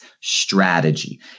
strategy